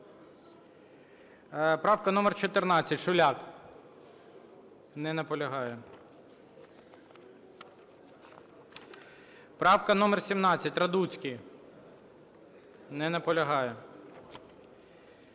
Правка номер 14, Шуляк. Не наполягає. Правка номер 17, Радуцький. Не наполягає.